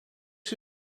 who